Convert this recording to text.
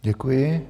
Děkuji.